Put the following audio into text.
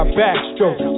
backstroke